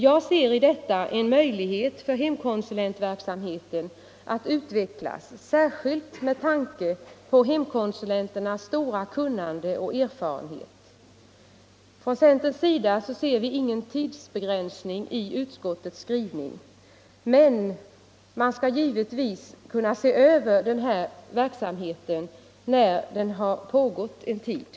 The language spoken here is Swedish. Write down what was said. Jag betraktar detta som en möjlighet för hemkonsulentverksamheten att utvecklas, särskilt med tanke på hemkonsulenternas stora kunnande och erfarenhet. Från centerns sida ser vi ingen tidsbegränsning i utskottets skrivning, men man skall givetvis kunna göra en översyn av den här verksamheten när den har pågått en tid.